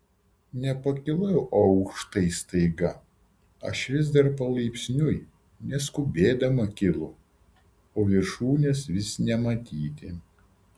nepakilau aukštai staiga aš vis dar palaipsniui neskubėdama kylu o viršūnės vis nematyti